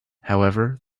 however